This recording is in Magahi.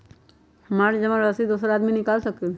हमरा जमा राशि दोसर आदमी निकाल सकील?